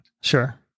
Sure